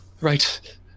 Right